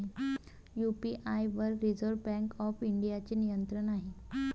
UPI वर reserve bank of इंडियाचे नियंत्रण आहे